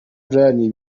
brayan